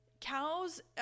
cows